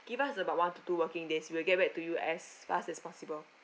give us about one to two working days we will get back to you as fast as possible